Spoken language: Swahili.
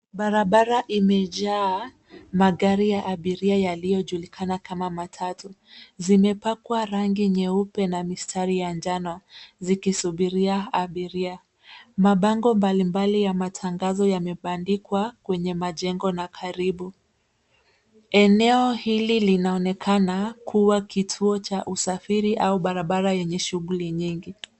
Barabara imejaa magari ya abiria yaliyojulikana kama matatu. Zimepakwa rangi nyeupe na mistari ya njano, zikisubiria abiria. Mabango mbalimbali ya matangazo yamebandikwa kwenye majengo na karibu. Eneo hili linaonekana kuwa kituo cha usafiri au barabara yenye shughuli nyingi.